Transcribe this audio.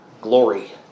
glory